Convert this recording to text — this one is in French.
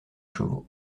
chevaux